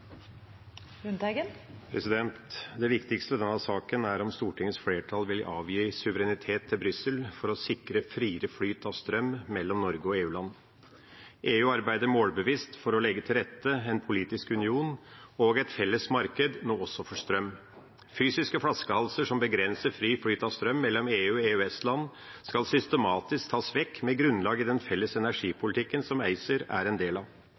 landet. Det viktigste i denne saken er om Stortingets flertall vil avgi suverenitet til Brussel for å sikre friere flyt av strøm mellom Norge og EU-land. EU arbeider målbevisst for å legge til rette en politisk union og et felles marked, nå også for strøm. Fysiske flaskehalser som begrenser fri flyt av strøm mellom EU og EØS-land, skal systematisk tas vekk med grunnlag i den felles energipolitikken som ACER er en del av.